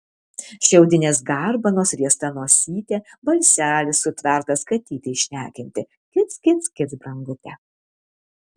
šiaudinės garbanos riesta nosytė balselis sutvertas katytei šnekinti kic kic kic brangute